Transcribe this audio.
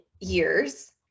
years